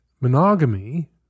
monogamy